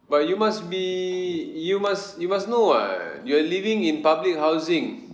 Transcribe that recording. but you must be you must you must know [what] you are living in public housing